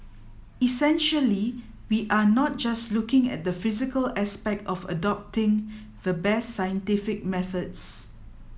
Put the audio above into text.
essentially we are not just looking at the physical aspect of adopting the best scientific methods